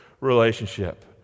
relationship